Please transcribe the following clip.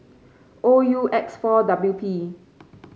O U X four W P